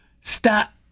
Stop